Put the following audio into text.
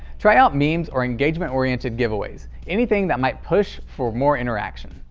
try out memes or engagement oriented giveaways anything that might push for more interaction.